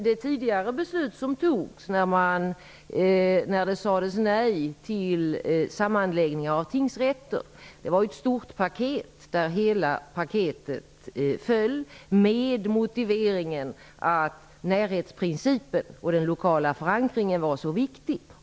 Det beslut som fattades tidigare, när det sades nej till sammanläggning av tingsrätter, ingick i ett stort paket. Hela paketet föll med motiveringen att näringsprincipen och den lokala förankringen var så viktig.